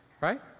right